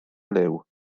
liw